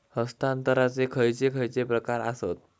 हस्तांतराचे खयचे खयचे प्रकार आसत?